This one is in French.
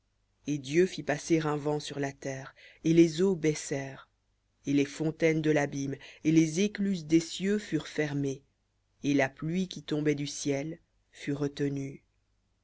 et dieu fit passer un vent sur la terre et les eaux baissèrent et les fontaines de l'abîme et les écluses des cieux furent fermées et la pluie qui tombait du ciel fut retenue